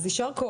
אז יש כוח.